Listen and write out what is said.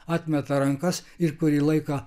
atmeta rankas ir kurį laiką